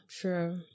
true